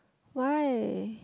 why